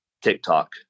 TikTok